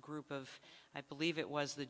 group of i believe it was the